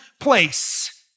place